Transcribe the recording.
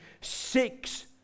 six